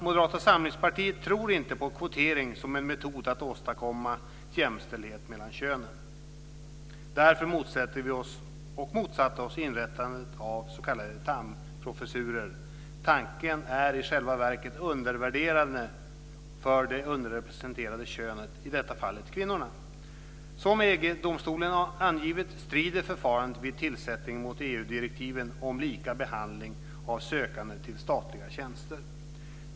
Moderata samlingspartiet tror inte på kvotering som en metod att åstadkomma jämställdhet mellan könen. Därför motsatte och motsätter vi oss inrättandet av s.k. Thamprofessurer. Tanken är i själva verket undervärderande för det underrepresenterade könet, i detta fallet kvinnorna. Som EG-domstolen har angivit strider förfarandet vid tillsättningen mot EU-direktiven om lika behandling av sökande till statliga tjänster.